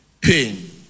pain